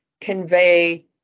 convey